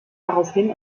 daraufhin